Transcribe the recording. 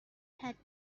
had